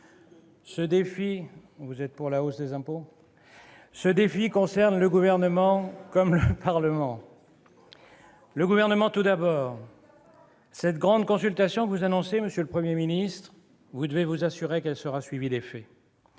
Ce défi concerne le Gouvernement comme le Parlement. Il concerne le Gouvernement, tout d'abord. Cette grande consultation que vous annoncez, monsieur le Premier ministre, vous devez vous assurer qu'elle sera suivie d'effets.